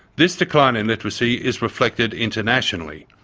this decline in literacy is reflected internationally,